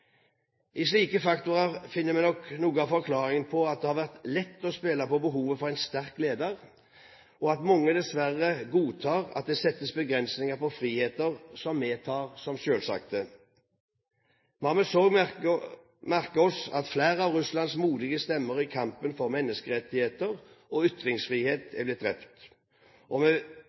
I slike faktorer finner vi nok noe av forklaringen på at det har vært lett å spille på behovet for en sterk leder, og at mange dessverre godtar at det settes begrensninger på friheter som vi tar som selvsagte. Vi har med sorg merket oss at flere av Russlands modige stemmer i kampen for menneskerettigheter og ytringsfrihet er blitt drept. Og